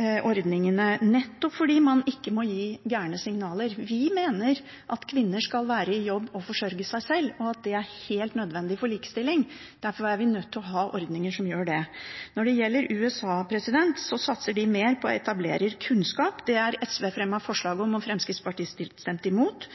ordningene, nettopp fordi man ikke må gi gale signaler. Vi mener at kvinner skal være i jobb og forsørge seg sjøl, og at det er helt nødvendig for likestilling. Derfor er vi nødt til å ha ordninger for det. Når det gjelder USA, satser de mer på etablererkunnskap. Det har SV fremmet forslag om og Fremskrittspartiet stemt imot.